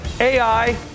AI